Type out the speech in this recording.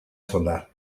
solar